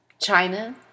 China